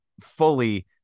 fully